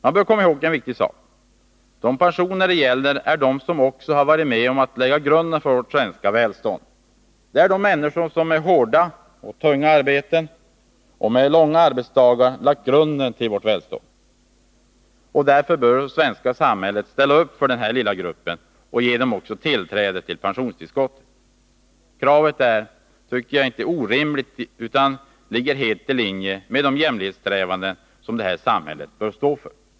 Man bör komma ihåg en viktig sak. De personer detta gäller är de som varit med om att lägga grunden för vårt svenska välstånd. Det gäller de människor som med hårda och tunga arbeten och långa arbetsdagar lagt grunden till vårt välstånd. Därför bör det svenska samhället ställa upp för denna lilla grupp och ge den tillträde till pensionstillskotten. Kravet är inte orimligt utan ligger helt i linje med de jämlikhetssträvanden som samhället bör stå för.